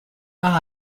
par